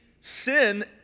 sin